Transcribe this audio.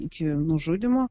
iki nužudymo